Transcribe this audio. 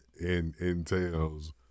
entails